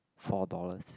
four dollars